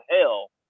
hell